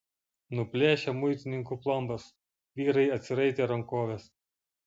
nuplėšę muitininkų plombas vyrai atsiraitė rankoves